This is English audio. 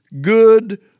good